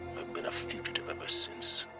been a fugitive ever since